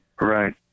right